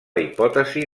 hipòtesi